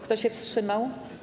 Kto się wstrzymał?